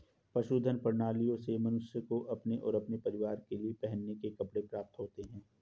पशुधन प्रणालियों से मनुष्य को अपने और अपने परिवार के लिए पहनने के कपड़े प्राप्त होते हैं